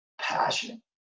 passion